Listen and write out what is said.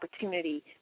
opportunity